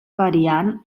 variant